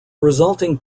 resulting